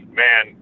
man